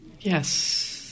Yes